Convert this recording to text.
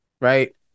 right